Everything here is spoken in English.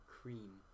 Cream